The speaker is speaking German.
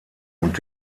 und